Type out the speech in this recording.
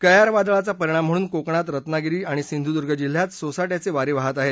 कयार वादळाचा परिणाम म्हणून कोकणात रत्नागिरी आणि सिंधुदुर्ग जिल्ह्यात सोसाट्याचे वारे वाहत आहेत